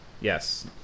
Yes